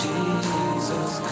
Jesus